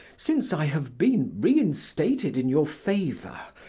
since i have been reinstated in your favor,